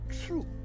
true